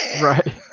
Right